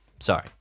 Sorry